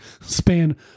span